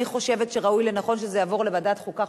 אני חושבת שראוי לנכון שזה יעבור לוועדת החוקה,